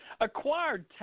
acquired